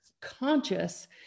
conscious